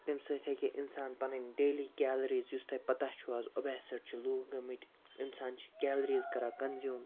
تَمہِ سۭتۍ ہیٚکہِ ہے اِنسان پَنٕنۍ ڈیلی کیلریٖز یُس تۄہہِ پَتاہ چھُو اَز اوبیسٕٹ چھِ لوٗکھ گٲمٕتۍ اِنسان چھُ کیلریٖز کَران کَنٛزیوٗم